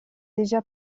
déjà